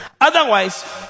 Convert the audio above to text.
Otherwise